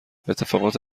اتفاقات